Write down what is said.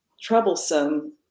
troublesome